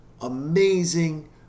amazing